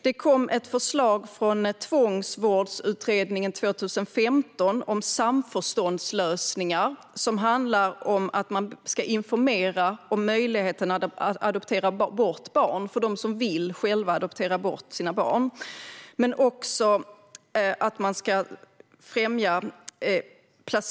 Det kom ett förslag om samförståndslösningar från Tvångsvårdsutredningen 2015 som handlar om att man ska informera dem som själva vill adoptera bort sina barn om möjligheterna att göra det.